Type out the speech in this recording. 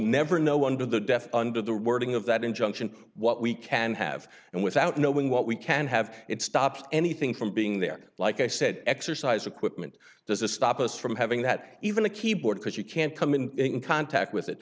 never know under the death under the wording of that injunction what we can have and without knowing what we can have it stopped anything from being there like i said exercise equipment this is stop us from having that even a keyboard because you can't come in in contact with it